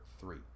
three